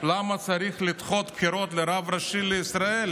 למה צריך לדחות בחירות לרב ראשי לישראל